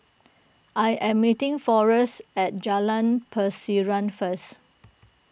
I am meeting Forest at Jalan Pasiran first